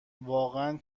واقعن